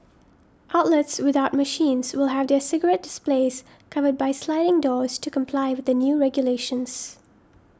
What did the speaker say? outlets without machines will have their cigarette displays covered by sliding doors to comply with the new regulations